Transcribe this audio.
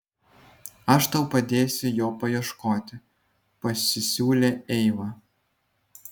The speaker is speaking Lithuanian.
aš tau padėsiu jo paieškoti pasisiūlė eiva